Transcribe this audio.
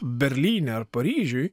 berlyne ar paryžiuj